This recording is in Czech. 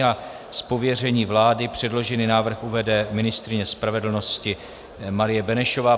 Z pověření vlády předložený návrh uvede ministryně spravedlnosti Marie Benešová.